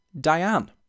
Diane